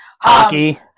Hockey